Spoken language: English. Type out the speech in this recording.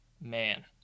man